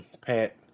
Pat